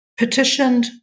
petitioned